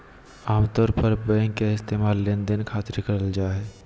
आमतौर पर बैंक के इस्तेमाल लेनदेन खातिर करल जा हय